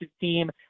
team